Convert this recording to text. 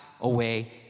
away